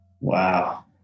Wow